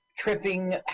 Tripping